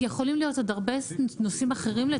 יכולים להיות עוד הרבה נושאים אחרים לתלונה.